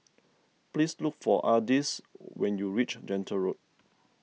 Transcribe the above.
please look for Ardyce when you reach Gentle Road